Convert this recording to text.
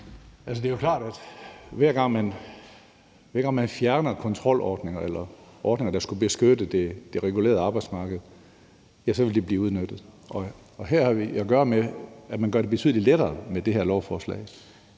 Det er jo klart, at hver gang man fjerner kontrolordninger eller ordninger, der skulle beskytte det regulerede arbejdsmarked, så vil det blive udnyttet, og her har vi at gøre med, at man gør det betydelig lettere med det her lovforslag